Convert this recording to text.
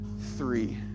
three